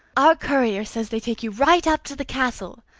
our courier says they take you right up to the castle,